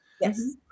Yes